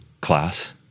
class